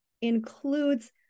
includes